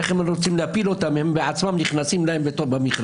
איך הם רוצים להפיל אותם אם הם עצמם נכנסים להם למכרז?